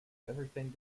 everything